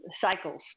cycles